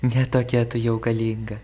ne tokia tu jau galinga